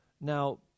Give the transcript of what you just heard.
Now